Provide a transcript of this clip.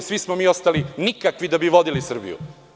Svi smo mi ostali nikakvi da bi vodili Srbiju.